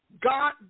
God